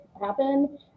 happen